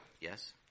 Yes